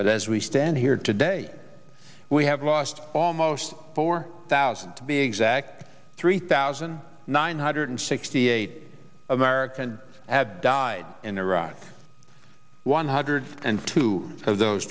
but as we stand here today we have lost almost four thousand to be exact three thousand nine hundred sixty eight americans have died in iraq one hundred and two of those